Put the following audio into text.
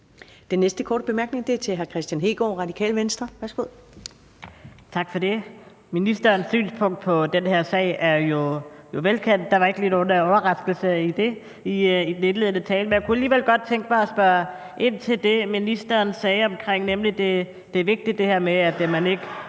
Den næste korte bemærkning er til hr. Kristian Hegaard, Radikale Venstre. Værsgo. Kl. 16:16 Kristian Hegaard (RV): Tak for det. Ministerens synspunkt i den her sag er jo velkendt; der var ikke lige nogen overraskelse i den indledende tale, men jeg kunne alligevel godt tænke mig at spørge ind til det, ministeren sagde om, at det er vigtigt, at man ikke